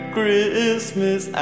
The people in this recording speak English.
Christmas